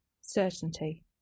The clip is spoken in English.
Certainty